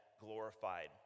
glorified